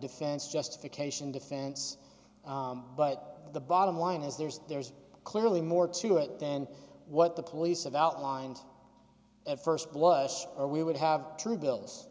defense justification defense but the bottom line is there's there's clearly more to it than what the police have outlined at st blush or we would have true bills